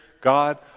God